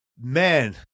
man